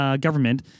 government